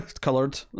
colored